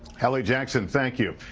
hallie jackson, thank you.